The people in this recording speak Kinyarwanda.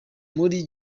muri